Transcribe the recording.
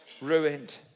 ruined